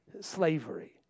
slavery